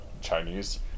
Chinese